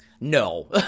No